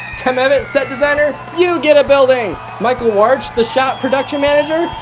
tim evatt set designer you get a building. michael warch the shoot production manager,